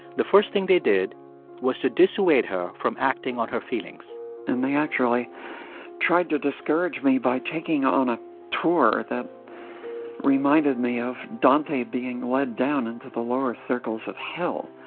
the first thing they did was to dissuade her from acting on her feelings and they actually tried to discourage me by taking me on a tour that reminded me of dante being led down into the lower circles of hell.